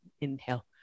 Inhale